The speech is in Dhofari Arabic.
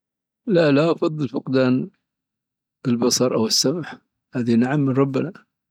لا. لا أفضل فقدان البصر او السمع. هذا نعم من ربنا.